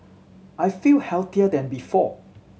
I feel healthier than before